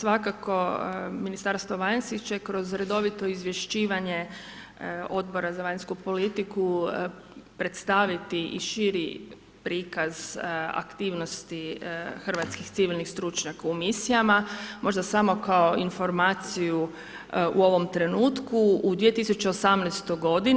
Svakako Ministarstvo vanjskih će kroz redovito izvješćivanje Odbora za vanjsku politiku, predstaviti širi prikaz aktivnosti hrvatskih civilnih stručnjaka u misijama, možda samo kao informaciju u ovom trenutku, u 2018. g.